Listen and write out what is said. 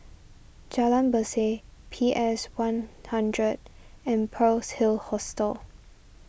Jalan Berseh P S one hundred and Pearl's Hill Hostel